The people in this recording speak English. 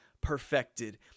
perfected